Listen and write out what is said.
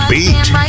Beat